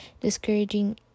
discouraging